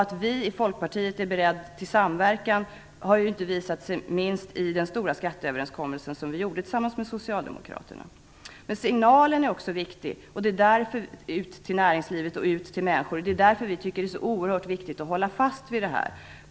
Att vi i Folkpartiet är beredda till samverkan har visat sig inte minst i den stora skatteöverenskommelse som vi gjorde tillsammans med socialdemokraterna. Men också signalen ut till näringslivet och till människor är viktig, och det är därför som vi tycker att det är så oerhört viktigt att hålla fast vid det här.